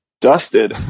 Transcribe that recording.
Dusted